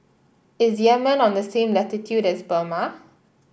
is Yemen on the same latitude as Burma